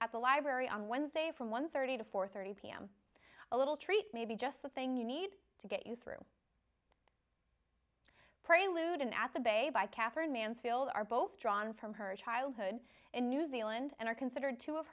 at the library on wednesday from one thirty to four thirty pm a little treat may be just the thing you need to get you through prelude in at the bay by katherine mansfield are both drawn from her childhood in new zealand and are considered two of